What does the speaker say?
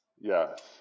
Yes